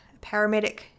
paramedic